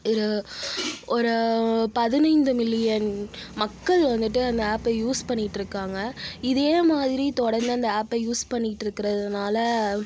இரு ஒரு பதினைந்து மில்லியன் மக்கள் வந்துட்டு அந்த ஆப்பை யூஸ் பண்ணிகிட்ருக்காங்க இதே மாதிரி தொடர்ந்து அந்த ஆப்பை யூஸ் பண்ணிகிட்ருக்கறதுனால